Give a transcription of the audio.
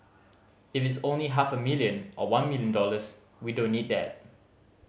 if it is only half a million or one million dollars we don't need that